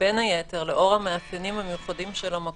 בין היתר, לאור המאפיינים המיוחדים של המקום,